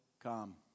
come